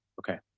Okay